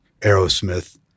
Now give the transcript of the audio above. Aerosmith